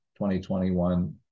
2021